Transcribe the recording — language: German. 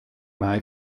mai